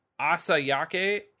asayake